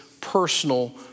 personal